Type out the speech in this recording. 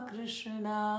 Krishna